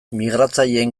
migratzaileen